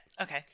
Okay